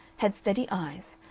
had steady eyes,